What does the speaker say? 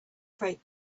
freight